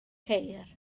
ceir